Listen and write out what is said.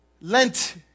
Lent